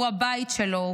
הוא הבית שלו,